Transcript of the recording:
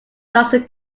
johnson